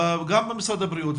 גם במשרד הבריאות,